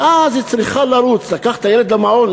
ואז היא צריכה לרוץ לקחת את הילד למעון,